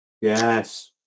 Yes